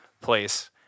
place –